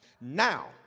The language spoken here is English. Now